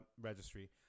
registry